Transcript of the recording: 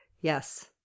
Yes